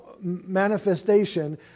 manifestation